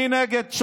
מי נגד?